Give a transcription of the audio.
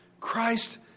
Christ